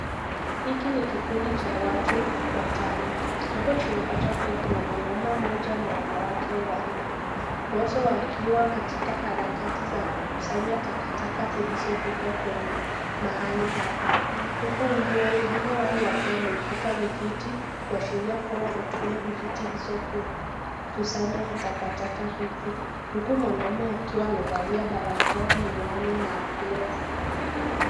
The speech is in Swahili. Hiki ni kikundi cha watu watano. Ambapo tunapata kuwa kuna mwanaume mmoja na wanawake wanne. wote wakiwa katika harakati za kukusanya takataka zilizotupwa kwenye mahali hapa. huku wengine wao wakiwa wameshika vijiti, kuashiria kuwa wanatumia vijiti hizo kukusanya vitakataka hivi. Huku mwanaume akiwa amevalia barakoa miwani na glovu.